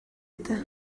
этэ